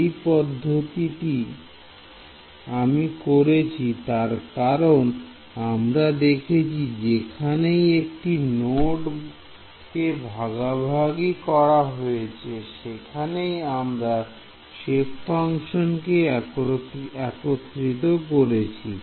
এই পদ্ধতিটি আমি করেছি তার কারণ আমরা দেখেছি যেখানেই একটি নোড কে ভাগাভাগি করা হয়েছে সেখানেই আমরা সেপ ফাংশন কে একত্রিত করেছি